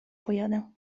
pojadę